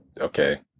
okay